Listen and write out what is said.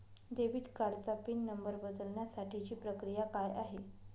Debit कार्डचा pin number बदलण्यासाठीची प्रक्रिया काय आहे?